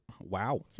wow